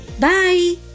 Bye